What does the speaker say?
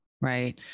Right